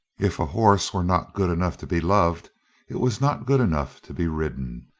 if a horse were not good enough to be loved it was not good enough to be ridden.